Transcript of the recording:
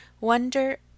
wonder